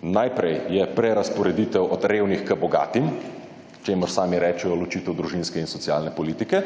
Najprej je prerazporeditev revnih k bogatim, čemur sami rečejo ločitev družinske in socialne politike,